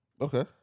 Okay